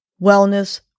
Wellness